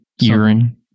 urine